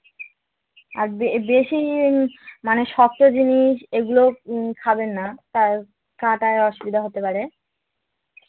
আর বে বেশি মানে শক্ত জিনিস এগুলো খাবেন না তার কাঁটায় অসুবিধা হতে পারে